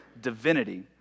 divinity